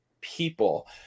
people